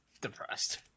depressed